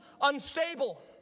unstable